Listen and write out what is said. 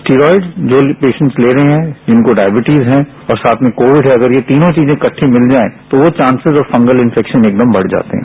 steroid जो patient ले रहे हैं जिनको डायबिटीज है और साथ में कोविड है अगर ये तीनों चीजें इकट्टी मिल जाए तो वो चांसिस ऑफ फंगल इन्फेक्शन एकदम बढ़ जाते हैं